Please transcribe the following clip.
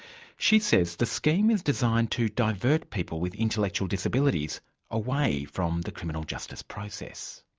she says the scheme is designed to divert people with intellectual disabilities away from the criminal justice process.